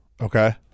Okay